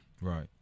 Right